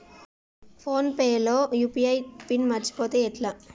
Phone pay లో UPI pin మరచిపోతే ఎట్లా?